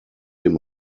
him